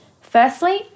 Firstly